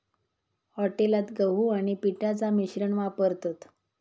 हॉटेलात गहू आणि पिठाचा मिश्रण वापरतत